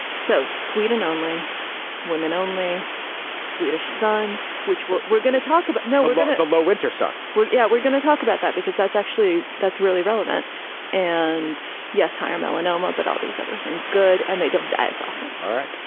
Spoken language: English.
so sweden only women only swedish sun which we're we're going to talk about. no we're at a low winter sun. we're yeah we're going to talk about that because that's actually that's really relevant and yes higher melanoma. but all these other things good and they don't die as often. all right.